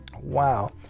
Wow